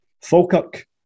Falkirk